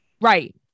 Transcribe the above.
Right